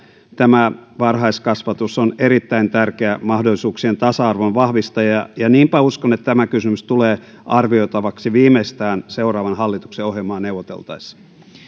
tämä varhaiskasvatus on erittäin tärkeä mahdollisuuksien tasa arvon vahvistaja ja niinpä uskon että tämä kysymys tulee arvioitavaksi viimeistään seuraavan hallituksen ohjelmaa neuvoteltaessa